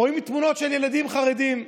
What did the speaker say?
רואים תמונות של ילדים חרדים,